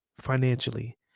financially